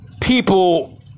people